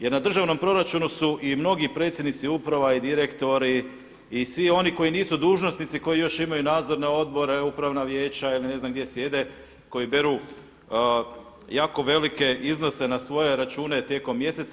Jer na državnom proračunu su i mnogi predsjednici uprava i direktori i svi oni koji nisu dužnosnici, koji još imaju nadzorne odbore, upravna vijeća ili ne znam gdje sjede, koji beru jako velike iznose na svoje račune tijekom mjeseca.